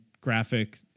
graphic